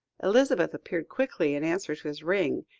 elizabeth appeared quickly in answer to his ring,